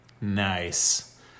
Nice